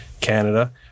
Canada